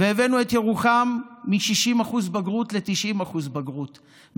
והבאנו את ירוחם מ-60% בגרות ל-90% בגרות,